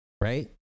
right